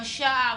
בשער,